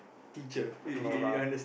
teacher no lah